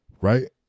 right